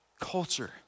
culture